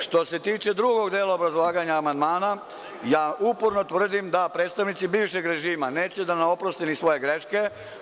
Što se tiče drugog dela obrazlaganja amandmana, ja uporno tvrdim da predstavnici bivšeg režima neće da nam oproste ni svoje greške.